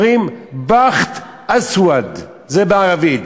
אומרים: "באחט אסוואד" זה בערבית.